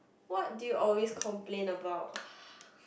what do you always complain about